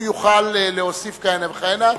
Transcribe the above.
הוא יוכל להוסיף כהנה וכהנה,